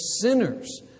sinners